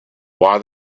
why